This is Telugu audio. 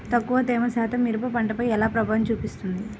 తక్కువ తేమ శాతం మిరప పంటపై ఎలా ప్రభావం చూపిస్తుంది?